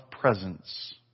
presence